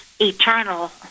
eternal